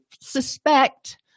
suspect